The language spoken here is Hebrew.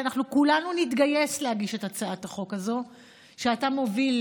כולנו נתגייס להגיש את הצעת החוק הזאת שאתה מוביל,